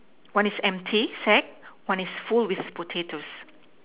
one is empty sack one is full with potatoes